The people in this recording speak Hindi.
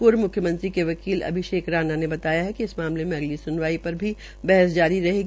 पूर्व म्ख्यमंत्री के वकील अभिषेक राना ने बताया कि इस मामले में अगली स्नवाई र भी बहस जारी रहेगी